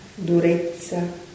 durezza